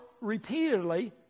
repeatedly